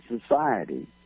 society